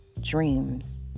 dreams